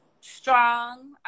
strong